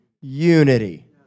unity